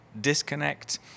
disconnect